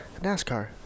NASCAR